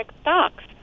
stocks